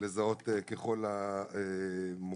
לזהות ככל המוקדם.